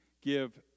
give